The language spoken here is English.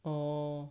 orh